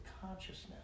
consciousness